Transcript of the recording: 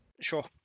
Sure